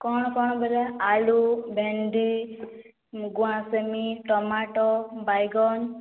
କ'ଣ କ'ଣ ପରିବା ଆଳୁ ଭେଣ୍ଡି ଗୁଆଁସେମି ଟମାଟ ବାଇଗଣ୍